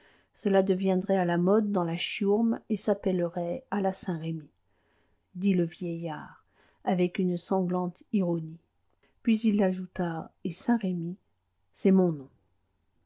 cela deviendrait à la mode dans la chiourme et s'appellerait à la saint-remy dit le vieillard avec une sanglante ironie puis il ajouta et saint-remy c'est mon nom